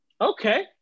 Okay